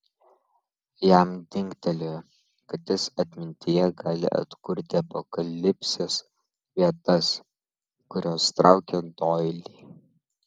jam dingtelėjo kad jis atmintyje gali atkurti apokalipsės vietas kurios traukė doilį